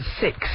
six